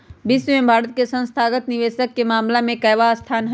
विश्व में भारत के संस्थागत निवेशक के मामला में केवाँ स्थान हई?